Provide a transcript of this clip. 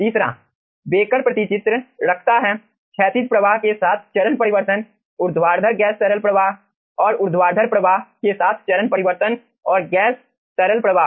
तीसरा बेकर प्रतिचित्र रखता है क्षैतिज प्रवाह के साथ चरण परिवर्तन ऊर्ध्वाधर गैस तरल प्रवाह और ऊर्ध्वाधर प्रवाह के साथ चरण परिवर्तन और क्षैतिज गैस तरल प्रवाह